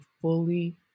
fully